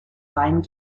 rhein